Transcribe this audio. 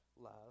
love